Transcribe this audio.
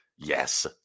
Yes